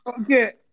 okay